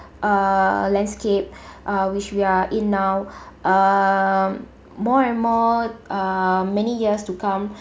uh landscape uh which we are in now um more and more uh many years to come